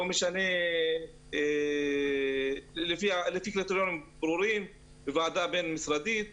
לא משנה, לפי קריטריונים ברורים בוועדה בין-משרדית